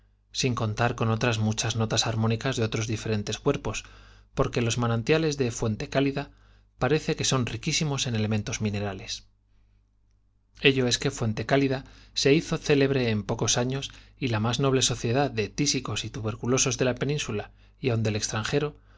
sin contar con otras muchas notas armónicas de otros diferentes cuerpos porque los manantiales de fuente cálida parece que son riquísimos en elementos minerales ello es que fuente cálida se hizo célebre en pocos años y la más noble sociedad de tísicos y tubercu losos de la península y aun del acudieron extranjero